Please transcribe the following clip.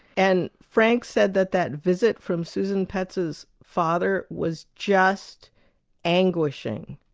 and frank said that that visit from susan petz's father was just anguishing,